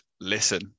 listen